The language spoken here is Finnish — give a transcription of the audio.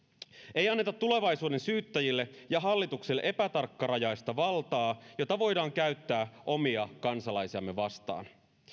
ei anneta tulevaisuuden syyttäjille ja hallitukselle epätarkkarajaista valtaa jota voidaan käyttää omia kansalaisiamme vastaan